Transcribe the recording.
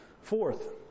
Fourth